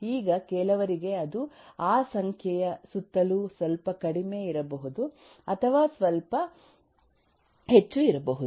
ಈಗ ಕೆಲವರಿಗೆ ಅದು ಆ ಸಂಖ್ಯೆಯ ಸುತ್ತಲೂ ಸ್ವಲ್ಪ ಕಡಿಮೆ ಇರಬಹುದು ಅಥವಾ ಸ್ವಲ್ಪ ಹೆಚ್ಚು ಇರಬಹುದು